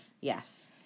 Yes